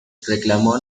reclamó